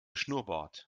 schnurrbart